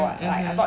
mmhmm